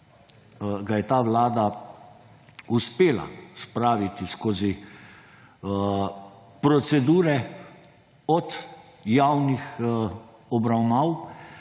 ga je ta vlada uspela spraviti skozi procedure od javnih obravnav,